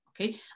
Okay